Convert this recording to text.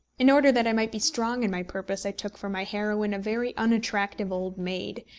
in order that i might be strong in my purpose, i took for my heroine a very unattractive old maid,